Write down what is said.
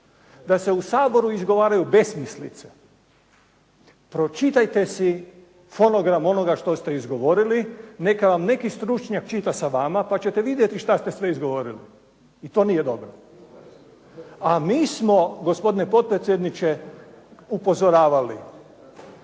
da se u Saboru izgovaraju besmislice. Pročitajte si fonogram onoga što ste izgovorili, neka vam neki stručnjak čita sa vama pa ćete vidjeti šta ste sve izgovorili. I to nije dobro. A mi smo gospodine potpredsjedniče upozoravali